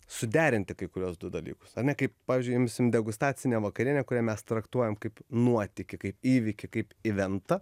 suderinti kai kuriuos du dalykus ar ne kaip pavyzdžiui imsim degustacinę vakarienę kurią mes traktuojam kaip nuotykį kaip įvykį kaip iventą